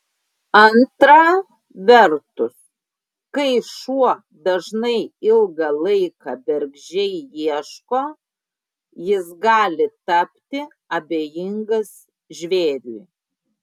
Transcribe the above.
antra vertus kai šuo dažnai ilgą laiką bergždžiai ieško jis gali tapti abejingas žvėriui